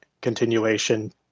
continuation